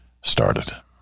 started